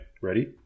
Ready